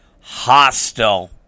hostile